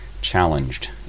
challenged